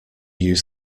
use